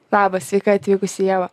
labas sveika atvykusi ieva